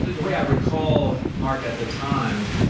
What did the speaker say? the way i recall mark at the time,